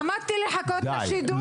עמדתי לחכות לשידור.